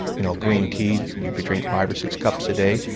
you know, green tea you could drink five or six cups a day,